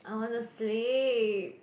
I wanna sleep